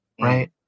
right